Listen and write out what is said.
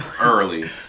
Early